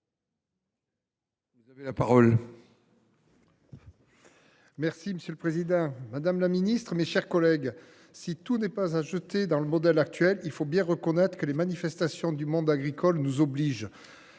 Buis. Monsieur le président, madame la ministre, mes chers collègues, si tout n’est pas à jeter dans le modèle actuel, il faut bien reconnaître que les manifestations du monde agricole nous obligent.